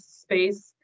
space